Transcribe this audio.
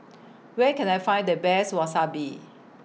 Where Can I Find The Best Wasabi